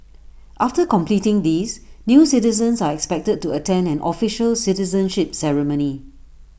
after completing these new citizens are expected to attend an official citizenship ceremony